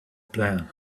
plan